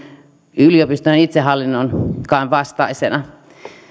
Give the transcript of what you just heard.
yliopiston itsehallinnonkaan vastaisena